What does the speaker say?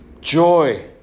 Joy